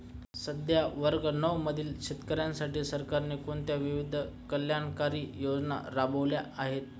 सध्याच्या वर्ग नऊ मधील शेतकऱ्यांसाठी सरकारने कोणत्या विविध कल्याणकारी योजना राबवल्या आहेत?